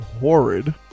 horrid